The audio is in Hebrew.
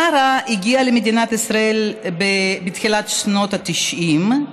שרה הגיעה למדינת ישראל בתחילת שנות ה-90,